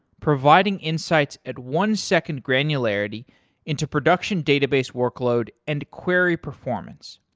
providing insights at one second granularity into production database workload and query performance.